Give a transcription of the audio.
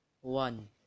one